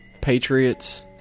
Patriots